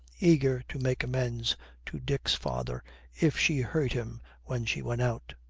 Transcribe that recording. eager to make amends to dick's father if she hurt him when she went out.